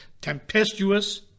tempestuous